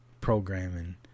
programming